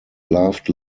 loved